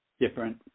different